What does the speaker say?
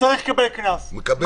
צריך לקבל קנס -- הוא מקבל.